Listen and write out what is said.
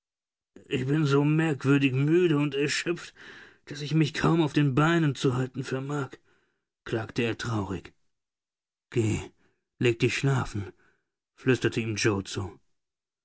ich bin so merkwürdig müde und erschöpft daß ich mich kaum auf den beinen zu halten vermag klagte er traurig geh leg dich schlafen flüsterte ihm yoe zu